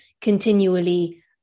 continually